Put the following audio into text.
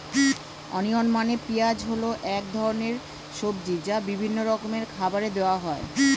onion মানে পেঁয়াজ হল এক ধরনের সবজি যা বিভিন্ন রকমের খাবারে দেওয়া হয়